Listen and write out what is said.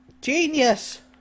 Genius